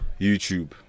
YouTube